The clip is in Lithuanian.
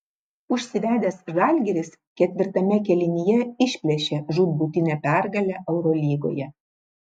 užsivedęs žalgiris ketvirtame kėlinyje išplėšė žūtbūtinę pergalę eurolygoje